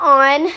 on